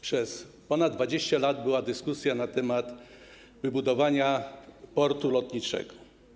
Przez ponad 20 lat była dyskusja na temat wybudowania portu lotniczego.